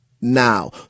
now